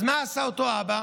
אז מה עשה אותו אבא?